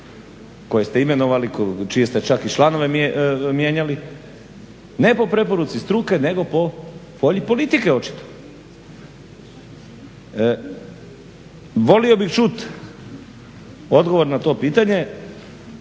koje ste imenovali, čije ste čak i članove mijenjali ne po preporuci struke nego po volji politike očito. Volio bih čuti odgovor na to pitanje